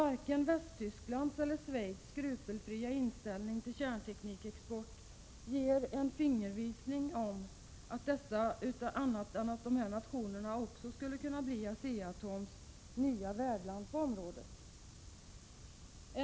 Både Västtyskland och Schweiz, som skulle kunna komma i fråga som ASEA-ATOM:s nya värdland på området, har en skrupelfri inställning till kärntekniksexport.